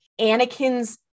Anakin's